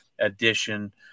edition